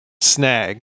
snag